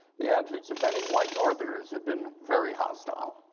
the attitudes of many white northerners had been very hostile